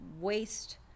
waste